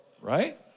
right